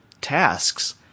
tasks